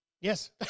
Yes